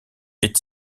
est